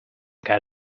got